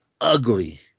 ugly